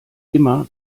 immer